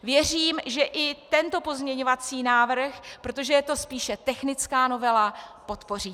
Věřím, že i tento pozměňovací návrh, protože je to spíše technická novela, podpoříte.